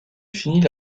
finit